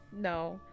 no